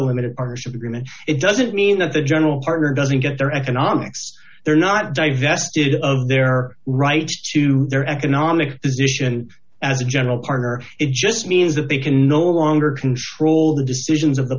limit of our ship agreement it doesn't mean that the general partner doesn't get their economics they're not divested of their right to their economic position as a general partner it just means that they can no longer control the decisions of the